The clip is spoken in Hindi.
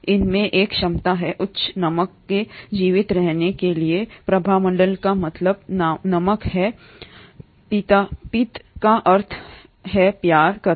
उनमें एक क्षमता है उच्च नमक में जीवित रहने के लिए प्रभामंडल का मतलब नमक है पित्त का अर्थ है प्यार करना